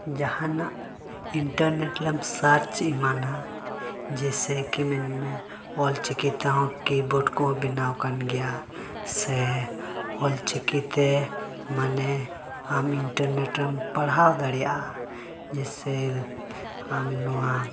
ᱡᱟᱦᱟᱱᱟᱜ ᱤᱱᱴᱟᱨᱱᱮᱴ ᱨᱮᱢ ᱥᱟᱨᱪ ᱮᱢᱟᱱᱟ ᱡᱮᱭᱥᱮ ᱠᱤ ᱢᱮᱱᱢᱮ ᱚᱞ ᱪᱤᱠᱤ ᱛᱮᱦᱚᱸ ᱠᱤᱵᱳᱨᱰ ᱠᱚ ᱵᱮᱱᱟᱣ ᱟᱠᱟᱱ ᱜᱮᱭᱟ ᱥᱮ ᱚᱞᱪᱤᱠᱤ ᱛᱮ ᱢᱟᱱᱮ ᱟᱢ ᱤᱱᱴᱟᱨᱱᱮᱴ ᱨᱮᱢ ᱯᱟᱲᱦᱟᱣ ᱫᱟᱲᱮᱭᱟᱜᱼᱟ ᱡᱮᱭᱥᱮ ᱟᱢ ᱱᱚᱣᱟ